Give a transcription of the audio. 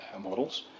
models